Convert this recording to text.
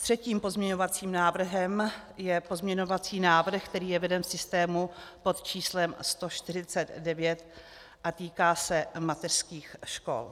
Třetím pozměňovacím návrhem je pozměňovací návrh, který je veden v systému pod č. 149 a týká se mateřských škol.